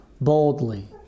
boldly